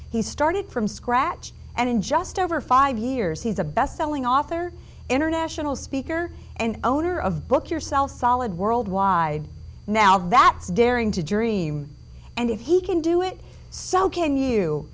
he started from scratch and in just over five years he's a bestselling author international speaker and owner of book yourself solid worldwide now that's daring to dream and if he can do it so can you